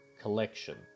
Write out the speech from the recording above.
collection